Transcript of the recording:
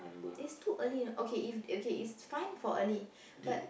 its too early you know okay if its fine for early but